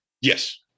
yes